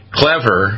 clever